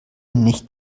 nicht